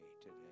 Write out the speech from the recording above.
today